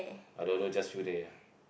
I don't do just few day ah